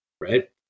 right